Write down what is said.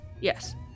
Yes